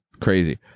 Crazy